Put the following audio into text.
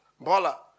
Bola